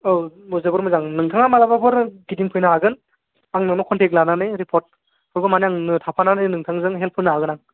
औ जोबोर मोजां नोंथाङा मालाबाफोर गिदिंफैनो हागोन आंनावनो कन्टेक्ट लानानै रिपर्टखौबो माने आंनो थाफानानै होगोन नोंथांजों हेल्फ होनो हागोन आं